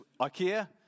Ikea